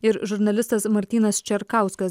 ir žurnalistas martynas čerkauskas